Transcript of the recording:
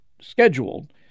scheduled